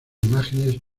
imágenes